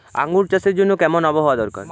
আঙ্গুর চাষের জন্য কেমন আবহাওয়া দরকার?